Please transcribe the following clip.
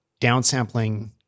downsampling